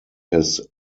his